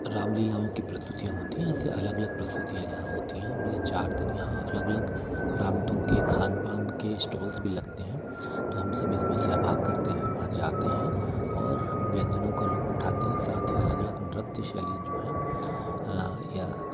रामलीलाओं की प्रस्तुतियाँ होती हैं ऐसे अलग अलग प्रसुतियाँ यहाँ होती हैं और ये चार दिन यहाँ अलग अलग प्रांतों के खानपान के स्टॉल्स भी लगते हैं तो हम सब इस में सहभाग करते हैं वहाँ जाते हैं और व्यंजनों का लुत्फ़ उठाते हैं साथ ही अलग अलग नृत्य शैली जो हैं या